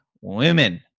women